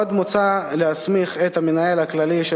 עוד מוצע להסמיך את המנהל הכללי של